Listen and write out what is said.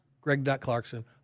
Greg.Clarkson